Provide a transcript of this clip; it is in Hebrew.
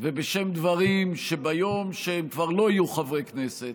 ובשם דברים שביום שהם כבר לא יהיו חברי כנסת